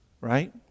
Right